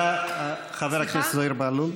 חבר הכנסת זוהיר בהלול.